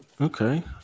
Okay